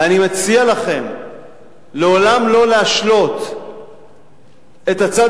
ואני מציע לכם לעולם לא להשלות את הצד